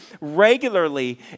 regularly